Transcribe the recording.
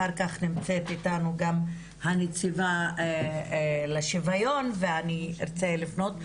נמצאת איתנו גם הנציבה לשוויון ואני ארצה לפנות.